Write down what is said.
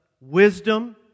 wisdom